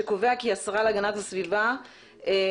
שקובע כי השרה או השר להגנת הסביבה ידווחו